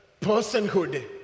personhood